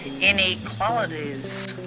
inequalities